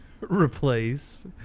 replace